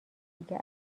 دیگر